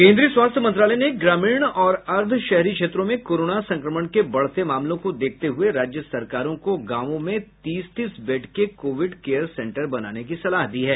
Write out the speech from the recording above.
केन्द्रीय स्वास्थ्य मंत्रालय ने ग्रामीण और अर्ध शहरी क्षेत्रों में कोरोना संक्रमण के बढ़ते मामलों को देखते हये राज्य सरकारों को गांवों में तीस तीस बेड के कोविड केयर सेंटर बनाने की सलाह दी है